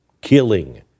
killing